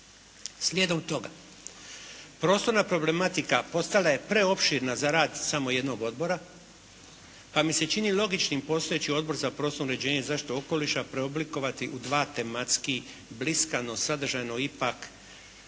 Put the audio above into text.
Slijedom toga prostorna problematika postala je preopširna za rad samo jednog odbora, pa mi se čini postojeći Odbor za prostorno uređenje i zaštitu okoliša preoblikovati u dva tematski bliska no sadržajno ipak